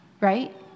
right